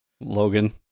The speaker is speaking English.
Logan